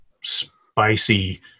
spicy